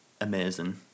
amazing